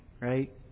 right